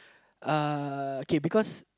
uh okay because